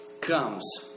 comes